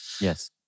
Yes